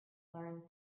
learned